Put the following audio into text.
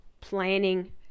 planning